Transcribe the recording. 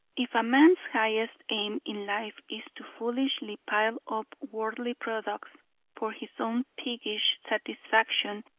if a man's highest aim in life is to foolishly pile up worldly products for his own piggish satisfaction,